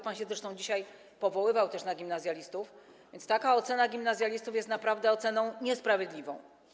Pan zresztą dzisiaj się powoływał na gimnazjalistów, więc taka ocena gimnazjalistów jest naprawdę oceną niesprawiedliwą.